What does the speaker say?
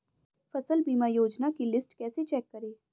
फसल बीमा योजना की लिस्ट कैसे चेक करें?